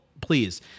please